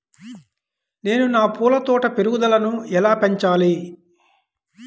నేను నా పూల తోట పెరుగుదలను ఎలా పెంచాలి?